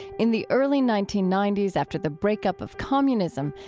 in the early nineteen ninety s after the breakup of communism,